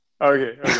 Okay